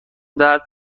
درد